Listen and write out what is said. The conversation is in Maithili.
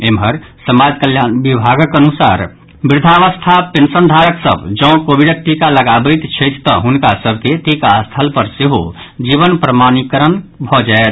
एम्हर समाज कल्याण विभागक अनुसार वृद्धावस्था पेंशनधारक सभ जौं कोविडक टीका लगाबैत छथि तऽ हुनका सभ के टीकास्थल पर सेहो जीवन प्रमाणीक करण भऽ जायत